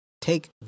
Take